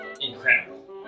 incredible